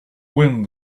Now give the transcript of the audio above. wind